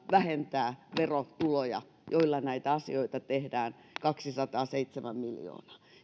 vähentää verotuloja joilla näitä asioita tehdään kaksisataaseitsemän miljoonaa